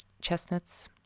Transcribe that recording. chestnuts